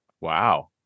Wow